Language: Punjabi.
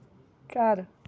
ਘਰ